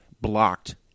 blocked